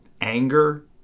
anger